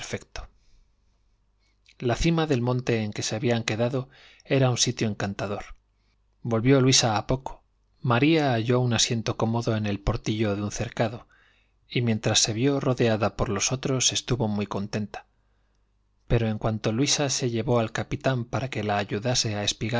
la cima del monte en que se habían quedado era wn sitio encantador volvió luisa a poco maría halló un asiento cómodo en el portillo de un cercado y mientras se vió rodeada por los otros estuvo muy contenta pero en cuanto luisa se llevó al capitán para que la ayudase a